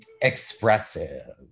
expressive